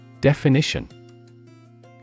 Definition